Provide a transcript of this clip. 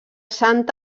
sant